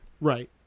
right